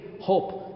hope